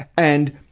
and,